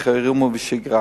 בחירום ובשגרה.